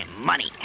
Money